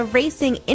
racing